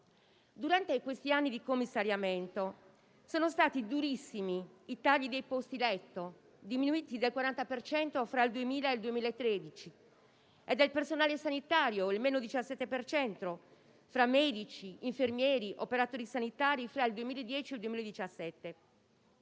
Durante questi anni di commissariamento sono stati pesantissimi i tagli dei posti letto (diminuiti del 40 per cento fra il 2000 e il 2013) e del personale sanitario (meno 17 per cento tra medici, infermieri e operatori sanitari fra il 2010 e il 2017).